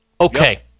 Okay